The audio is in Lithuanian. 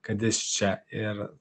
kad jis čia ir